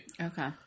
Okay